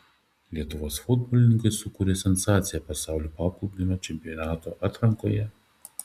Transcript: lietuvos futbolininkai sukūrė sensaciją pasaulio paplūdimio čempionato atrankoje